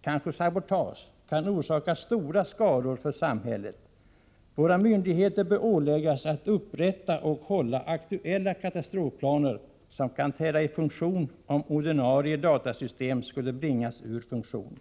kanske sabotage, kan orsaka stora skador för samhället. Våra myndigheter bör åläggas att upprätta katastrofplaner och att hålla dem aktuella, så att de kan följas om ordinarie datasystem skulle bringas ur funktion.